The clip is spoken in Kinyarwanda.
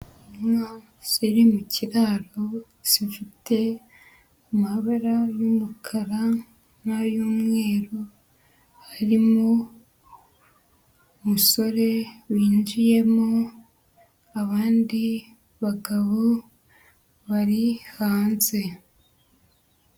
Inka ziri mu kiraro zifite amabara y'umukara n'ay'umweru, harimo umusore winjiyemo, abandi bagabo bari hanze.